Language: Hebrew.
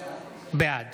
בעד